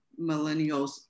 millennials